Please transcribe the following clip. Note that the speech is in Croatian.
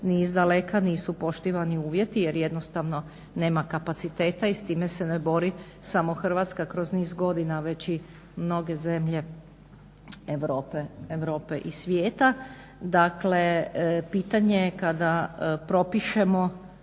ni iz daleka nisu poštivani uvjeti, jer jednostavno nema kapaciteta i s time se ne bori samo Hrvatska kroz niz godina, već i mnoge zemlje Europe i svijeta. Dakle, pitanje kada propišemo